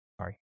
sorry